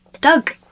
doug